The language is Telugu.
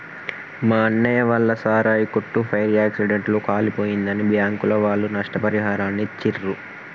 మా అన్నయ్య వాళ్ళ సారాయి కొట్టు ఫైర్ యాక్సిడెంట్ లో కాలిపోయిందని బ్యాంకుల వాళ్ళు నష్టపరిహారాన్ని ఇచ్చిర్రు